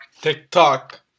TikTok